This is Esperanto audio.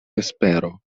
vespero